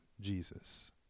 Jesus